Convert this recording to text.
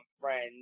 friends